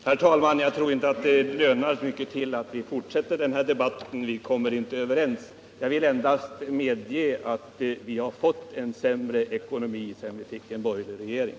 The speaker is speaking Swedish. Herr talman! Jag tror inte att det lönar sig att fortsätta debatten — vi kommer inte överens. Jag vill endast medge att vi har fått en sämre ekonomi sedan vi fick en borgerlig regering.